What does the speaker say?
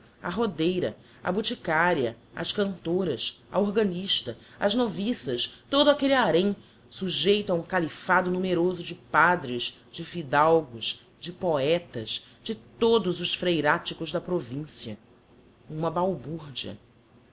a rodeira a boticaria as cantoras a organista as noviças todo aquelle harém sujeito a um califado numeroso de padres de fidalgos de poetas de todos os freiraticos da provincia uma balburdia